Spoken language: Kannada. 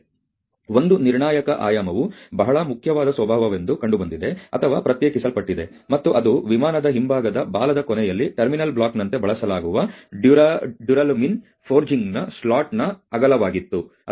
ಆದ್ದರಿಂದ ಒಂದು ನಿರ್ಣಾಯಕ ಆಯಾಮವು ಬಹಳ ಮುಖ್ಯವಾದ ಸ್ವಭಾವವೆಂದು ಕಂಡುಬಂದಿದೆ ಅಥವಾ ಪ್ರತ್ಯೇಕಿಸಲ್ಪಟ್ಟಿದೆ ಮತ್ತು ಅದು ವಿಮಾನದ ಹಿಂಭಾಗದ ಬಾಲದ ಕೊನೆಯಲ್ಲಿ ಟರ್ಮಿನಲ್ ಬ್ಲಾಕ್ನಂತೆ ಬಳಸಲಾಗುವ ಡ್ಯುರಾಲುಮಿನ್ ಫೋರ್ಜಿಂಗ್ನ ಸ್ಲಾಟ್ನ ಅಗಲವಾಗಿತ್ತು